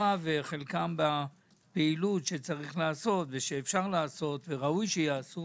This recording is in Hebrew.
וחלקם בפעילות שיש ושאפשר לעשות ושראוי שייעשו